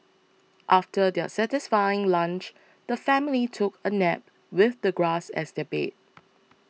after their satisfying lunch the family took a nap with the grass as their bed